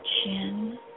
chin